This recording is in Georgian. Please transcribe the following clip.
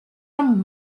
რომ